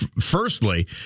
firstly